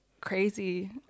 crazy